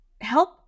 help